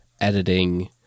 editing